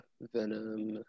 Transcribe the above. Venom